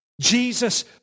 Jesus